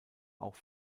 auch